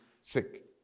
Sick